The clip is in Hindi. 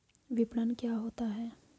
विपणन क्या होता है?